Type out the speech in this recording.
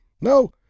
No